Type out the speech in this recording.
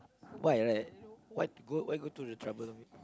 why like why go why go to the trouble